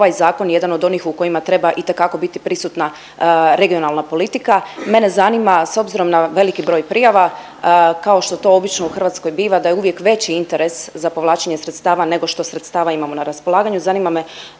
ovaj zakon jedan od onih u kojima treba itekako biti prisutna regionalna politika. Mene zanima s obzirom na veliki broj prijava kao što to obično u Hrvatskoj biva da je uvijek veći interes za povlačenje sredstva nego što sredstava imamo na raspolaganju,